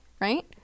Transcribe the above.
right